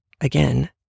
again